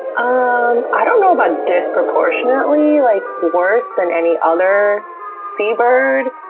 um i don't know about disproportionately, like worse than any other sea bird.